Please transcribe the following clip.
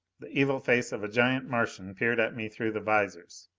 the evil face of a giant martian peered at me through the visors.